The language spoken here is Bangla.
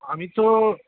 আমি তো